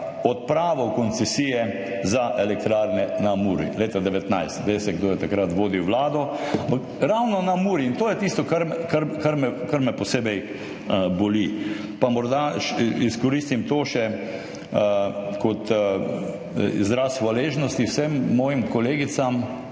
odpravo koncesije za elektrarne na Muri. Leta 2019. Ve se, kdo je takrat vodil Vlado. Ampak ravno na Muri in to je tisto, kar me posebej boli. Pa morda izkoristim to še kot izraz hvaležnosti vsem svojim kolegicama